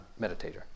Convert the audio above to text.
meditator